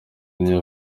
niyo